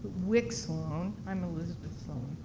rick salone, i'm elizabeth salone,